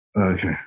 Okay